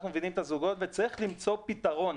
אנחנו מבינים את הזוגות וצריך למצוא פתרון.